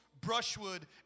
brushwood